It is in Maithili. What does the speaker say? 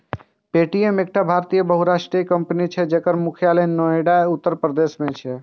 पे.टी.एम एकटा भारतीय बहुराष्ट्रीय कंपनी छियै, जकर मुख्यालय नोएडा, उत्तर प्रदेश मे छै